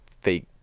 fake